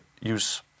use